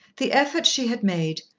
the effort she had made,